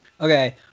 Okay